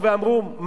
איך נגדיר?